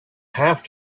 have